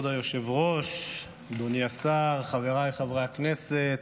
כבוד היושב-ראש, אדוני השר, חבריי חברי הכנסת,